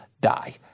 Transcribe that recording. die